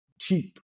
cheap